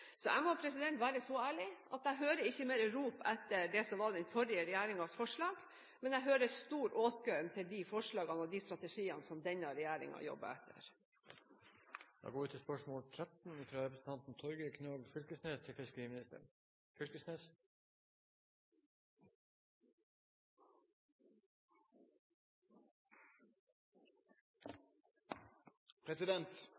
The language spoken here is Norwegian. Jeg må være så ærlig: Jeg hører ikke mer rop etter det som var den forrige regjeringens forslag, men jeg hører stor «åtgaum» til de forslagene og de strategiene som denne regjeringen jobber etter. Eg tillèt meg å stille følgjande spørsmål til fiskeriministeren: «Norway Seafoods anlegg i Rypefjord, som har 6 trålkvoter knyttet til